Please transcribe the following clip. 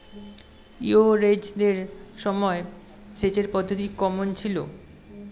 ইঙরেজদের সময় সেচের পদ্ধতি কমন ছিল?